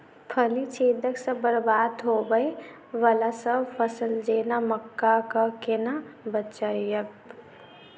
फली छेदक सँ बरबाद होबय वलासभ फसल जेना मक्का कऽ केना बचयब?